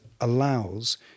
allows